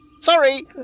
Sorry